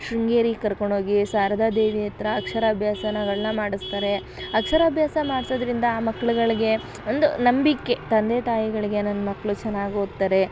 ಶೃಂಗೇರಿಗೆ ಕರ್ಕೊಂಡೋಗಿ ಶಾರದಾ ದೇವಿ ಹತ್ರ ಅಕ್ಷರಭ್ಯಾಸಗಳ್ನ ಮಾಡಿಸ್ತರೆ ಅಕ್ಷರಭ್ಯಾಸ ಮಾಡ್ಸೋದ್ರಿಂದ ಆ ಮಕ್ಳುಗಳ್ಗೆ ಒಂದು ನಂಬಿಕೆ ತಂದೆ ತಾಯಿಗಳಿಗೆ ನನ್ನ ಮಕ್ಕಳು ಚೆನ್ನಾಗಿ ಓದ್ತಾರೆ